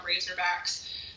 Razorbacks